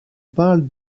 parle